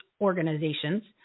organizations